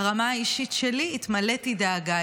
ברמה האישית שלי התמלאתי דאגה,